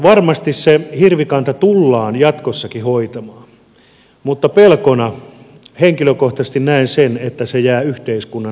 varmasti se hirvikanta tullaan jatkossakin hoitamaan mutta pelkona henkilökohtaisesti näen sen että se jää yhteiskunnan hoidettavaksi